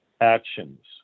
actions